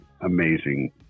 amazing